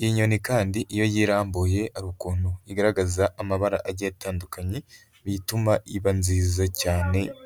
iyi nyoni kandi iyo yirambuye hari ukuntu igaragaza amabara atandukanye, bituma iba nziza cyane.